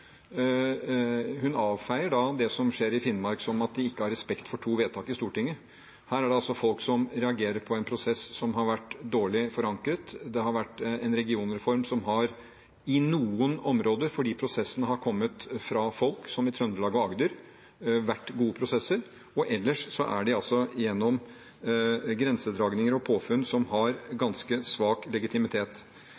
Hun avfeier det som skjer i Finnmark med at de ikke har respekt for to vedtak gjort i Stortinget. Her er det altså folk som reagerer på en prosess som har vært dårlig forankret. Regionreformen har i noen områder, fordi prosessen har kommet fra folket, som i Trøndelag og Agder, vært gode prosesser. Ellers har det foregått gjennom grensedragninger og påfunn som har